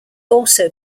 also